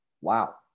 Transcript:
Wow